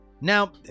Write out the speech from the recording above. Now